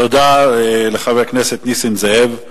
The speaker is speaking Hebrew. תודה לחבר הכנסת נסים זאב.